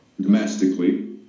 domestically